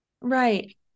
Right